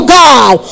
god